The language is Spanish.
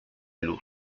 luz